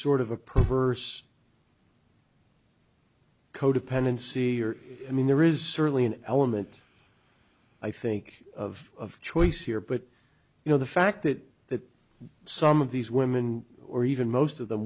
sort of a prefers codependency or i mean there is certainly an element i think of choice here but you know the fact that that some of these women or even most of the